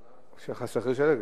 הנהג הוא שכיר של "אגד".